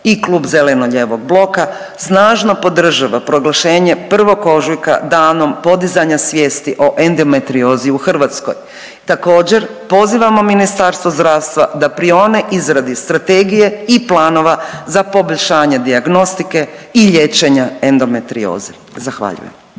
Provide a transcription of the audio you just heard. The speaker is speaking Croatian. i Klub zeleno-lijevog bloka snažno podržava proglašenje 1. ožujka Danom podizanja svijesti o endometriozi u Hrvatskoj. Također pozivamo Ministarstvo zdravstva da prione izradi Strategije i planova za poboljšanje dijagnostike i liječenja endometrioze. Zahvaljujem.